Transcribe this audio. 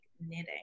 knitting